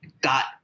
got